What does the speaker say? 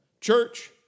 Church